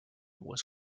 was